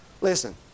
listen